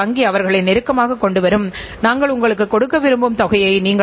ஆனால் அதே நேரத்தில் நீங்கள் அவர்களை ஊக்கப்படுத்தும் வைத்திருக்க வேண்டும்